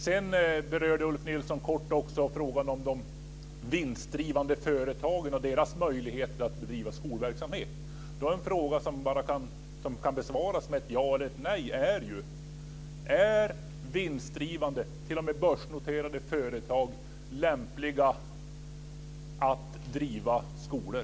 Sedan berörde Ulf Nilsson helt kort också de vinstdrivande företagen och deras möjlighet att bedriva skolverksamhet. En fråga som kan besvaras med ett ja eller ett nej är: Är vinstdrivande, t.o.m. börsnoterade företag lämpliga att driva skolor?